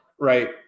right